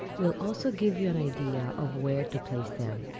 will also give you an idea of where to place them.